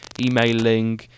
emailing